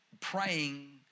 praying